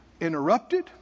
interrupted